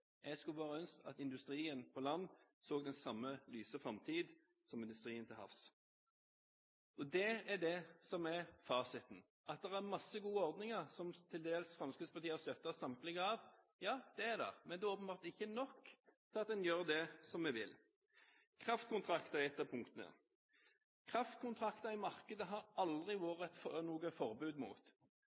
Jeg skulle bare ha ønsket at industrien på land så den samme lyse framtid som industrien til havs. Fasiten er at det er masse gode ordninger, som Fremskrittspartiet til dels har støttet samtlige av. Ja, de er der, men det er åpenbart ikke nok til at en gjør det som vi vil. Kraftkontrakter er et av punktene. Kraftkontrakter i markedet har det aldri vært noe forbud mot,